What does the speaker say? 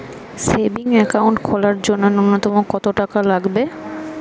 Savings account খোলার জন্য নূন্যতম কত টাকা লাগবে?